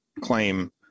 claim